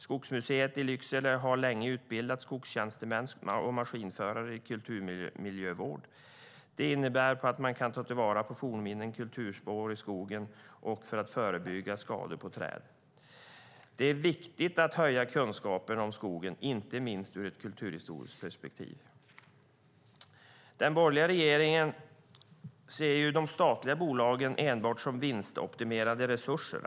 Skogsmuseet i Lycksele har länge utbildat skogstjänstemän och maskinförare i kulturmiljövård. Det innebär att man kan ta till vara kulturminnen och kulturspår i skogen och förebygga skador på träd. Det är viktigt att höja kunskapen om skogen, inte minst ur ett kulturhistoriskt perspektiv. Den borgerliga regeringen ser de statliga bolagen enbart som vinstoptimerade resurser.